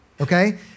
okay